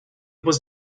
was